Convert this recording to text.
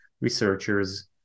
researchers